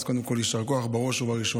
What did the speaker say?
אז קודם כול יישר כוח, בראש ובראשונה.